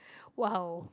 !wow!